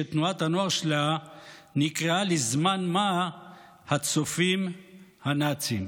שתנועת הנוער שלה נקראה לזמן מה "הצופים הנאצים".